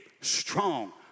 strong